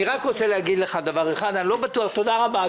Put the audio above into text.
אני רק רוצה להגיד לך דבר אחד: אני לא בטוח תודה רבה,